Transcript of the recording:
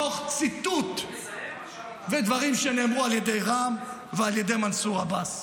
מתוך ציטוט ודברים שנאמרו על ידי רע"מ ועל ידי מנסור עבאס.